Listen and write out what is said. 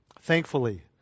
Thankfully